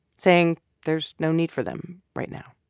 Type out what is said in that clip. saying there's no need for them right now